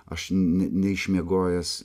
aš ne neišmiegojęs